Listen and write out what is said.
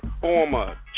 former